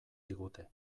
digute